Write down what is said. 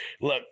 look